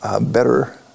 better